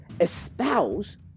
espouse